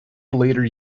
later